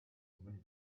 money